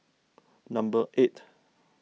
number eight